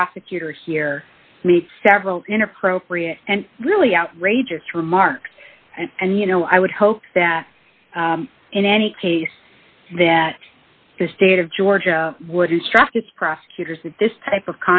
prosecutor here meets several inappropriate and really outrageous remarks and you know i would hope that in any case that the state of georgia would instruct its prosecutors that this type of